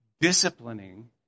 disciplining